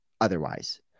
Otherwise